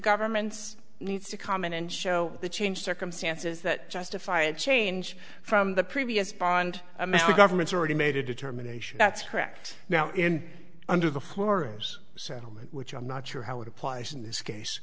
government's needs to come in and show the changed circumstances that justify a change from the previous bond i mean we governments already made a determination that's correct now and under the horace settlement which i'm not sure how it applies in this case